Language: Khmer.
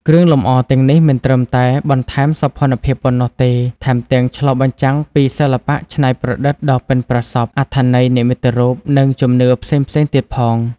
គ្រឿងលម្អទាំងនេះមិនត្រឹមតែបន្ថែមសោភ័ណភាពប៉ុណ្ណោះទេ ថែមទាំងឆ្លុះបញ្ចាំងពីសិល្បៈច្នៃប្រឌិតដ៏ប៉ិនប្រសប់ អត្ថន័យនិមិត្តរូប និងជំនឿផ្សេងៗទៀតផង។